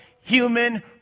human